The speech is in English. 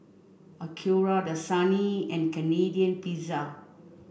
Acura Dasani and Canadian Pizza